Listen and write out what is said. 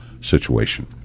situation